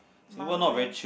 mumbling